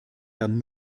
herrn